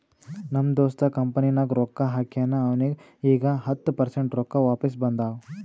ನಮ್ ದೋಸ್ತ್ ಕಂಪನಿನಾಗ್ ರೊಕ್ಕಾ ಹಾಕ್ಯಾನ್ ಅವ್ನಿಗ ಈಗ್ ಹತ್ತ ಪರ್ಸೆಂಟ್ ರೊಕ್ಕಾ ವಾಪಿಸ್ ಬಂದಾವ್